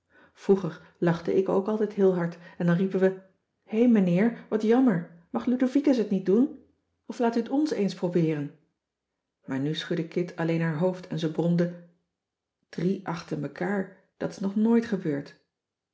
vroeger lachte ik ook altijd heel hard en dan riepen we hé meneer wat jammer mag ludovicus het niet doen of laat u het ons eens probeeren maar nu schudde kit alleen haar hoofd en ze bromde drie achter mekaar dat is nog nooit gebeurd